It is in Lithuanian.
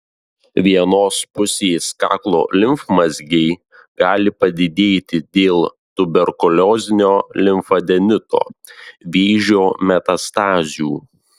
vienos pusės kaklo limfmazgiai gali padidėti dėl tuberkuliozinio limfadenito vėžio metastazių